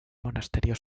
monasterio